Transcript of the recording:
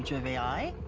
of a i.